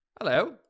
Hello